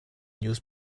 news